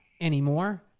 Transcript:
anymore